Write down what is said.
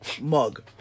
mug